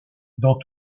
dans